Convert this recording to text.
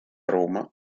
roma